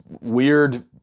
weird